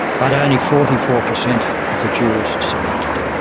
but only forty four percent of the jurors selected.